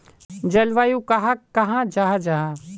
जलवायु कहाक कहाँ जाहा जाहा?